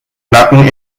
knacken